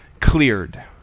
cleared